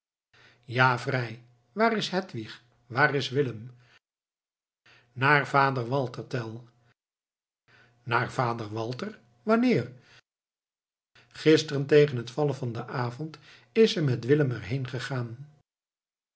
ja vrij waar is hedwig waar is willem naar vader walter tell naar vader walter wanneer gisteren tegen het vallen van den avond is ze met willem er heen gegaan